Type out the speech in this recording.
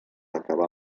acabar